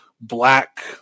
black